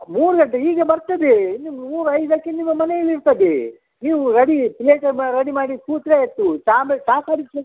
ಮೂರು ಗಂಟೆಗೆ ಈಗ ಬರ್ತದೆ ಇನ್ನು ಮೂರು ಐದಕ್ಕೆ ನಿಮ್ಮ ಮನೆಯಲ್ಲಿ ಇರ್ತದೆ ನೀವು ರಡಿ ಪ್ಲೇಟು ಬ ರಡಿ ಮಾಡಿ ಕೂತರೆ ಆಯಿತು ಚಹಾ ಬೇಕಾ ಚಹಾ ತರಿಸ್ಬೇಕಾ